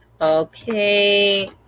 okay